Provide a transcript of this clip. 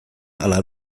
ala